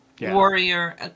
warrior